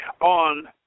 on